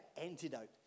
antidote